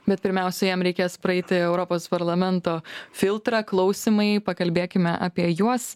bet pirmiausia jam reikės praeiti europos parlamento filtrą klausymai pakalbėkime apie juos